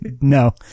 No